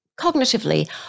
cognitively